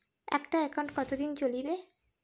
একটা একাউন্ট কতদিন চলিবে?